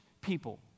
people